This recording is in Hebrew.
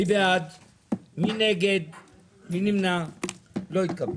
היא אמרה את הכול.